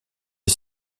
est